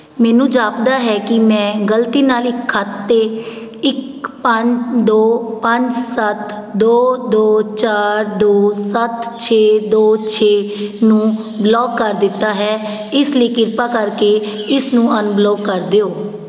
ਮੈਨੂੰ ਜਾਪਦਾ ਹੈ ਕਿ ਮੈਂ ਗਲਤੀ ਨਾਲ ਇੱਕ ਖਾਤੇ ਇੱਕ ਪੰਜ ਦੋ ਪੰਜ ਸੱਤ ਦੋ ਦੋ ਚਾਰ ਦੋ ਸੱਤ ਛੇ ਦੋ ਛੇ ਨੂੰ ਬਲੌਕ ਕਰ ਦਿੱਤਾ ਹੈ ਇਸ ਲਈ ਕਿਰਪਾ ਕਰਕੇ ਇਸਨੂੰ ਅਨਬਲੌਕ ਕਰ ਦਿਓ